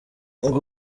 ngo